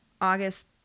August